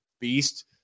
beast